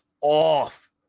off